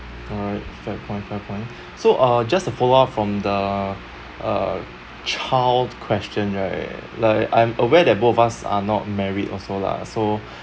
alright fair point fair point so uh just a follow up from the uh child question right like I'm aware that both of us are not married also lah so